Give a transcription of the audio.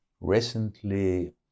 recently